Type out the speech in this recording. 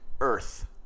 Earth